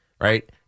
right